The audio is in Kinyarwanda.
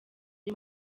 ayo